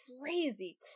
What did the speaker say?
crazy